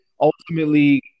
ultimately